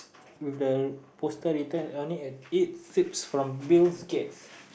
with the poster written on it it sips from Bills-Gates